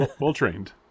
Well-trained